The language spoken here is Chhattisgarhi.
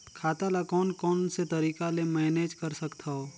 खाता ल कौन कौन से तरीका ले मैनेज कर सकथव?